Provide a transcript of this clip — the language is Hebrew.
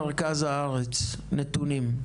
ומרכז הארץ, נתונים.